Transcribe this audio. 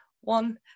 one